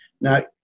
Now